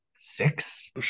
Six